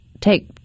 take